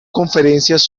conferencias